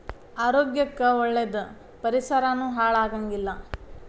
ಆರೋಗ್ಯ ಕ್ಕ ಒಳ್ಳೇದ ಪರಿಸರಾನು ಹಾಳ ಆಗಂಗಿಲ್ಲಾ